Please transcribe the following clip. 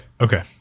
okay